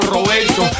Roberto